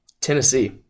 Tennessee